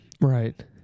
right